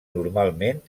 normalment